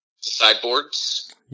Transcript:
sideboards